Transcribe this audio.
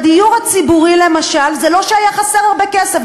בדיור הציבורי למשל, זה לא שהיה חסר הרבה כסף.